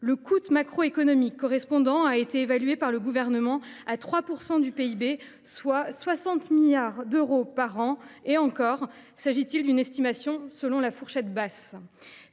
Le coût macroéconomique correspondant a été évalué par le Gouvernement à 3 % du PIB, soit 60 milliards d’euros par an – et encore s’agit il d’une estimation se fondant sur la fourchette basse !